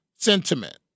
Sentiment